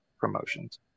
promotions